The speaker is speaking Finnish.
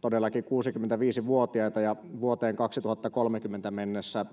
todellakin kuusikymmentäviisi vuotiaita ja vuoteen kaksituhattakolmekymmentä mennessä